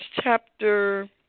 chapter